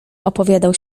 opowiadał